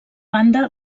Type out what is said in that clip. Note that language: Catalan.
banda